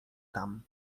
tam